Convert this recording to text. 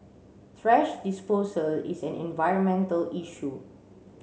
thrash disposal is an environmental issue